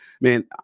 man